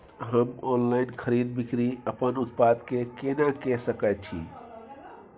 हम ऑनलाइन खरीद बिक्री अपन उत्पाद के केना के सकै छी?